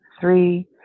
three